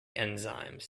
enzymes